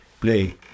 play